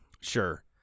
Sure